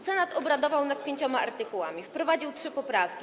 Senat obradował nad pięcioma artykułami, wprowadził trzy poprawki.